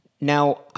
Now